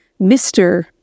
Mr